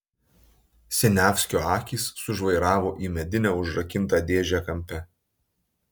siniavskio akys sužvairavo į medinę užrakintą dėžę kampe